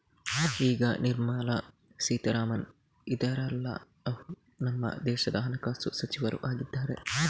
ಈಗ ನಿರ್ಮಲಾ ಸೀತಾರಾಮನ್ ಇದಾರಲ್ಲ ಅವ್ರು ನಮ್ಮ ದೇಶದ ಹಣಕಾಸು ಸಚಿವರು ಆಗಿದ್ದಾರೆ